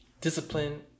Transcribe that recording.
Discipline